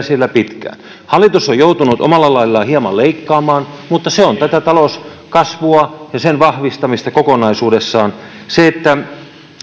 siellä vielä pitkään hallitus on joutunut omalla laillaan hieman leikkaamaan mutta se on tätä talouskasvua ja sen vahvistamista kokonaisuudessaan